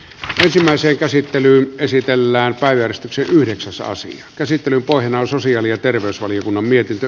ensimmäiseen käsittelyyn esitellään päivystykset yhdeksän saa sen käsittelyn pohjana on sosiaali ja terveysvaliokunnan mietintö